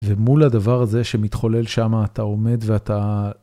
ומול הדבר הזה שמתחולל שם, אתה עומד ואתה...